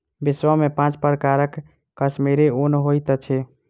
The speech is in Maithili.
विश्व में पांच प्रकारक कश्मीरी ऊन होइत अछि